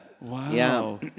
Wow